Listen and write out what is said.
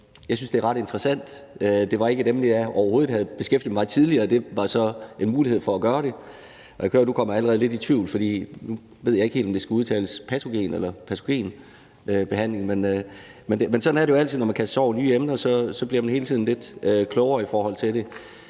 Jeg synes, det er ret interessant, for det er ikke et emne, jeg overhovedet har beskæftiget mig med tidligere – det her giver mig så en mulighed for at gøre det. Og nu kommer jeg allerede lidt i tvivl, for jeg ved ikke helt, om det skal udtales patogeneller patogen-behandling, men sådan er det jo altid, når man kaster sig over nye emner, så bliver man hele tiden lidt klogere i forhold til det.